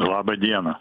laba diena